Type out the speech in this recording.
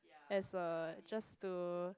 as well just to